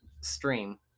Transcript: stream